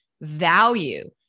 value